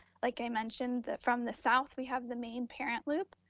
like i mentioned, from the south we have the main parent loop,